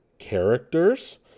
characters